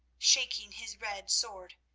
shaking his red sword,